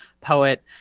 poet